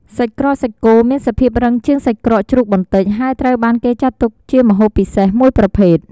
សាច់ក្រកសាច់គោ មានសភាពរឹងជាងសាច់ក្រកជ្រូកបន្តិច ហើយត្រូវបានគេចាត់ទុកជាម្ហូបពិសេសមួយប្រភេទ។